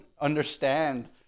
understand